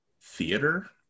theater